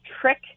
trick